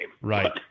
Right